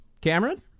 Cameron